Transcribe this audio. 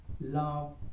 love